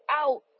out